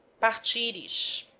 portuguese